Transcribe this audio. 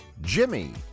jimmy